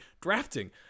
drafting